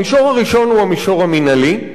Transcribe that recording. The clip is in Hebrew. המישור הראשון הוא המישור המינהלי,